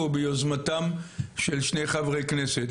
הוא ביוזמתם של שני חברי כנסת,